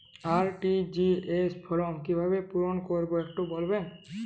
RTGS form কিভাবে পূরণ করবো একটু বলবেন?